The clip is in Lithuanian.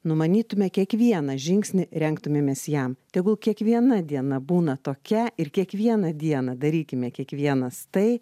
numanytume kiekvieną žingsnį rengtumėmės jam tegul kiekviena diena būna tokia ir kiekvieną dieną darykime kiekvienas tai